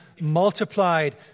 multiplied